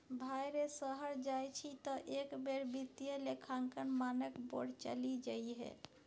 भाय रे शहर जाय छी तँ एक बेर वित्तीय लेखांकन मानक बोर्ड चलि जइहै